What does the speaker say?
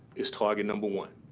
is target number one.